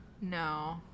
No